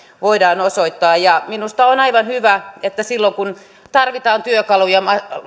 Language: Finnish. voidaan osoittaa minusta on aivan hyvä että silloin kun tarvitaan työkaluja